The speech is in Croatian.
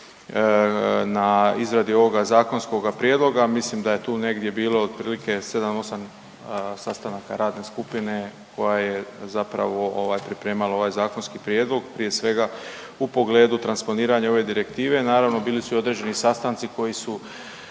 na izradi ovoga zakonskoga prijedloga, mislim da je tu negdje bilo otprilike 7, 8 sastanaka radne skupine koja je zapravo ovaj, pripremala ovaj zakonski prijedlog. Prije svega, u pogledu transponiranja ove direktive, naravno, bili su i određeni sastanci koji su